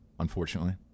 Unfortunately